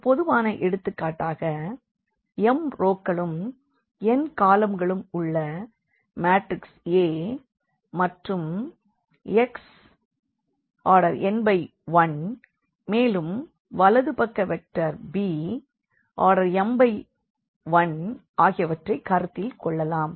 ஒரு பொதுவான எடுத்துக்காட்டாக m ரோக்களும் n காலம்களும் உள்ள மாற்றிக்ஸ் A மற்றும் xn×1 மேலும் வலது கை பக்க வெக்டார் bm×1 ஆகியவற்றை கருத்தில் கொள்ளலாம்